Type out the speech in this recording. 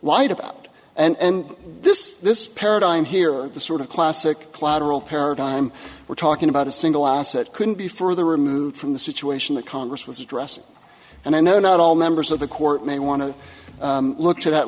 lied about and this this paradigm here the sort of classic cloud rule paradigm we're talking about a single asset couldn't be further removed from the situation that congress was addressing and i know not all members of the court may want to look to that